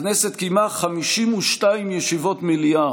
הכנסת קיימה 52 ישיבות מליאה